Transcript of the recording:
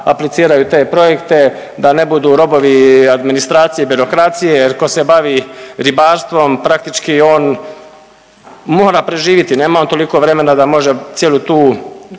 apliciraju te projekte da ne budu robovi administracije, birokracije. Jer tko se bavi ribarstvom praktički on mora preživjeti. Nema on toliko vremena da može cijelu tu,